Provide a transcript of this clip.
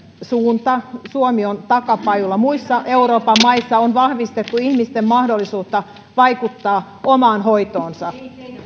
suunta suomi on takapajula muissa euroopan maissa on vahvistettu ihmisten mahdollisuutta vaikuttaa omaan hoitoonsa